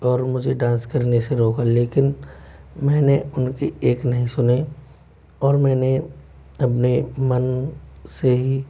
और मुझे डांस करने से रोका लेकिन मैंने उनकी एक नहीं सुनी और मैंने अपनी मन से ही